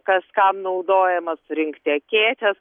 kas kam naudojamas surinkti akėčias